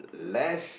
less